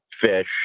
fish